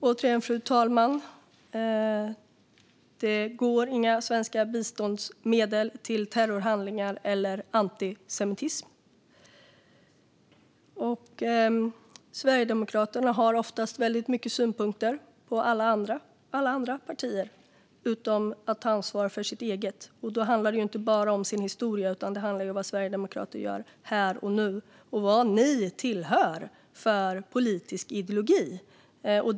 Fru talman! Återigen: Det går inga svenska biståndsmedel till terrorhandlingar eller antisemitism. Sverigedemokraterna har ofta väldigt mycket synpunkter på alla andra partier men vill inte ta ansvar för sitt eget. Då handlar det inte bara om dess historia utan också om vad sverigedemokrater gör här och nu och vad ni tillhör för politisk ideologi.